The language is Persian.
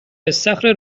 استخر